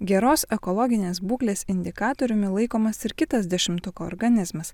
geros ekologinės būklės indikatoriumi laikomas ir kitas dešimtuko organizmas